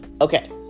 okay